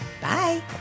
Bye